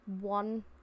one